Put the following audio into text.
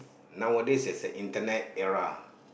nowadays it's an internet era